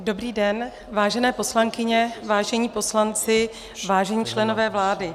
Dobrý den, vážené poslankyně, vážení poslanci, vážení členové vlády.